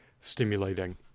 stimulating